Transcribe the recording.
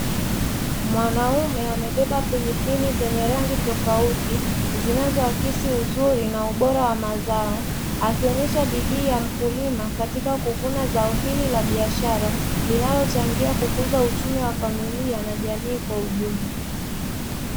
Mwanaume amebeba pilipili zenye rangi tofauti, zinazoakisi uzuri na ubora wa mazao, akionyesha bidii ya mkulima katika kuvuna zao hili la biashara, linalochangia kukuza uchumi wa familia na jamii kwa ujumla.